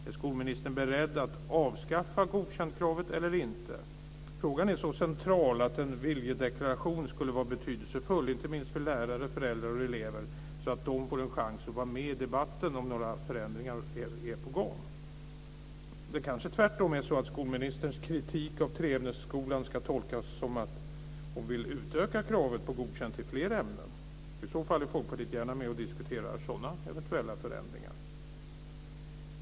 Är skolministern beredd att avskaffa kravet på godkänt eller inte? Frågan är så central att en viljedeklaration skulle vara betydelsefull, inte minst för lärare, föräldrar och elever, så att de får en chans att vara med i debatten om några förändringar är på gång. Det kanske tvärtom är så att skolministerns kritik av treämnesskolan ska tolkas som att hon vill utöka kravet på godkänt till fler ämnen. Folkpartiet är gärna med och diskuterar sådana eventuella förändringar.